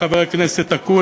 סגן השר חבר הכנסת אקוניס,